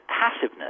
passiveness